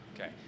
Okay